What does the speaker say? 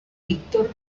víctor